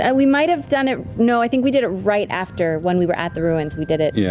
and we might have done it. no, i think we did it right after when we were at the ruins, we did it. yeah